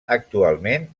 actualment